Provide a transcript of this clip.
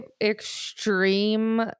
extreme